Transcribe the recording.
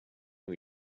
new